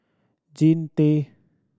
Jean Tay